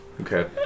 Okay